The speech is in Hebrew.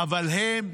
אבל הם,